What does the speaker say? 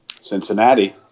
Cincinnati